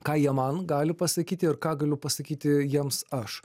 ką jie man gali pasakyti ir ką galiu pasakyti jiems aš